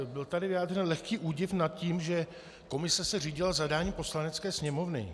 Byl tady vyjádřen lehký údiv nad tím, že se komise řídila zadáním Poslanecké sněmovny.